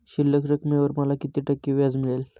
शिल्लक रकमेवर मला किती टक्के व्याज मिळेल?